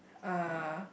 uh